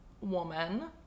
woman